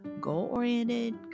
goal-oriented